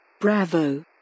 Bravo